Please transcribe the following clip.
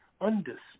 undisputed